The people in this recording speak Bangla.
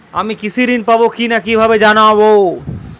আমি কৃষি ঋণ পাবো কি না কিভাবে জানবো?